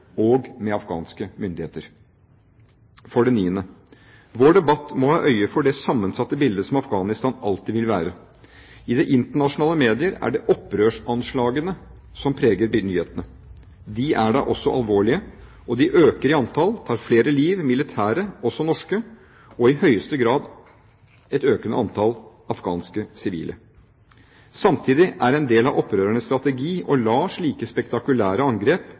og med afghanske myndigheter. For det niende: Vår debatt må ha øye for det sammensatte bildet som Afghanistan alltid vil være. I internasjonale medier er det opprørsanslagene som preger nyhetene. De er da også alvorlige, og de øker i antall, tar flere liv – militære, også norske, og i høyeste grad et økende antall afghanske sivile. Samtidig er en del av opprørernes strategi å la slike spektakulære angrep